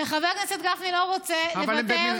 וחבר הכנסת גפני לא רוצה לוותר.